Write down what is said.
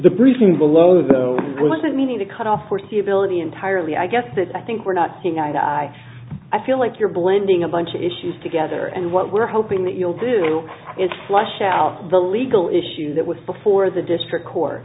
the briefing below though i wasn't meaning to cut off foreseeability entirely i guess that i think we're not seeing eye eye to i feel like you're blending a bunch of issues together and what we're hoping that you'll do is flush out the legal issues that was before the district court